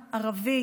הייתה ערבית,